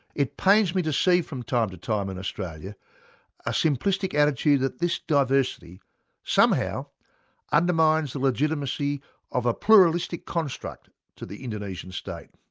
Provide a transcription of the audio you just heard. it pains me to see from time to time in australia a simplistic attitude that this diversity somehow undermines the legitimacy of a pluralistic construct to the indonesian state.